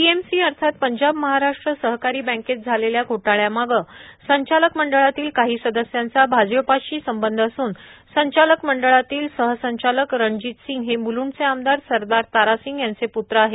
PMC अर्थात पंजाब महाराष्ट्र सहकारी बँकेत झालेल्या घोटाळा मागे संचालक मंडळातील काही सदस्यांचा भाजपशी संबंध असून संचालक मंडळातील सह संचालक रणजीत सिंग हे म्लूंड चे आमदार सरदार तारासिंग यांचे प्त्र आहेत